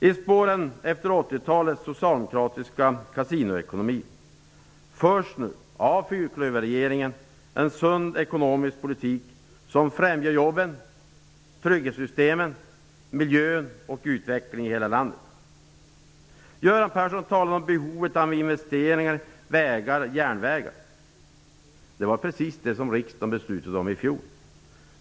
I spåren efter 1980-talets socialdemokratiska kasinoekonomi för nu fyrklöverregeringen en sund ekonomisk politik, som främjar jobben, trygghetssystemen, miljön och utvecklingen i hela landet. Göran Persson talade om behovet av investeringar i vägar och järnvägar. Det var precis det som riksdagen beslutade om i fjol.